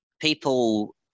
people